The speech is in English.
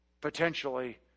potentially